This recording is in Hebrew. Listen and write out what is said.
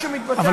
לא,